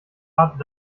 art